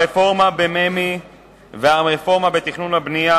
הרפורמה בממ"י והרפורמה בתכנון ובנייה,